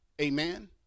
amen